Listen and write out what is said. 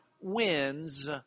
wins